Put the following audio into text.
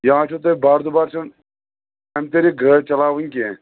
یا چھُ تۄہہِ باردُبار چھُنہٕ اَمہِ طریٖق گٲڑۍ چَلاوٕنۍ کینٛہہ